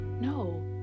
no